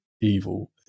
evil